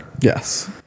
Yes